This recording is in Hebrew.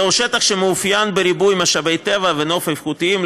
זהו שטח שמתאפיין בריבוי משאבי טבע ונוף איכותיים,